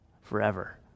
forever